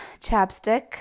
chapstick